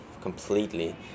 completely